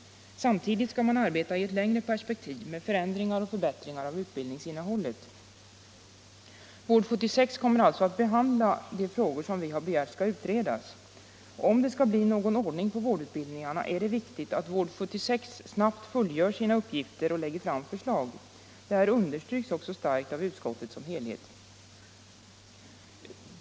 Samtidigt skall man arbeta i ett längre perspektiv med förändringar och förbättringar av utbildningsinnehållet. Vård-76 kommer alltså att behandla de frågor som vi har begärt skall utredas. Om det skall bli någon ordning på vårdutbildningarna är det viktigt att Vård-76 snabbt fullgör sina uppgifter och lägger fram förslag. Det här understryks också starkt av utskottet som helhet.